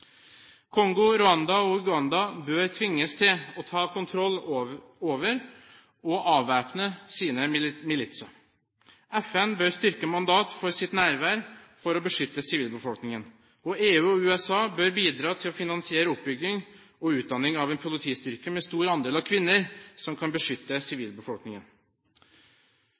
Kongo, Rwanda og Uganda bør tvinges til å ta kontroll over og avvæpne sine militser. FN bør styrke mandatet for sitt nærvær for å beskytte sivilbefolkningen. EU og USA bør bidra til å finansiere oppbygging og utdanning av en politistyrke med en stor andel kvinner som kan beskytte sivilbefolkningen.